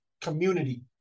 community